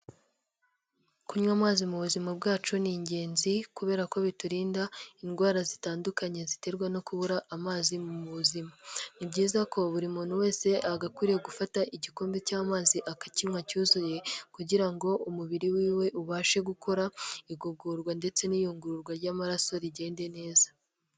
Kunywa amazi mu buzima bwacu ni ingenzi, kubera ko biturinda indwara zitandukanye ziterwa no kubura amazi mu buzima. Ni byiza ko buri muntu wese agakwiriye gufata igikombe cy'amazi akakinywa cyuzuye, kugira ngo umubiri wiwe ubashe gukora igogorwa ndetse n'iyungururwa ry'amaraso rigende neza.